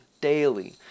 daily